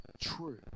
true